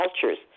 cultures